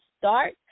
start